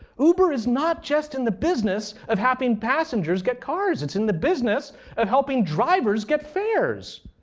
uber is not just in the business of helping passengers get cars. it's in the business of helping drivers get fares.